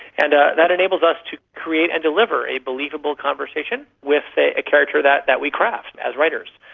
and that enables us to create and deliver a believable conversation with a character that that we craft, as writers.